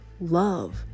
love